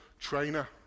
trainer